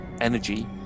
energy